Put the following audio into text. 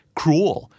cruel